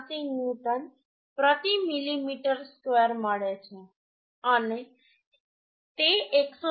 86 newton પ્રતિ millimetre ²મળે છે અને તે 189